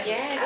Yes